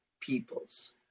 peoples